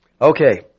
Okay